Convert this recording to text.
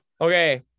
Okay